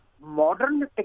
modern